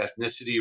ethnicity